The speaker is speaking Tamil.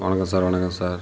வணக்கம் சார் வணக்கம் சார்